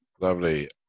lovely